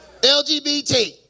LGBT